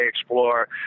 explore